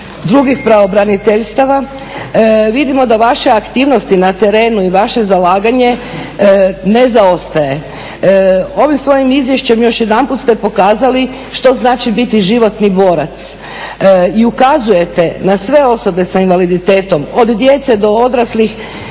drugih pravobraniteljstava, vidimo da vaše aktivnosti na terenu i vaše zalaganje ne zaostaje. Ovim svojim izvješćem još jedanput ste pokazali što znači biti životni borac i ukazujete na sve osobe s invaliditetom od djece do odraslih